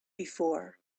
before